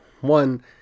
one